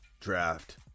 draft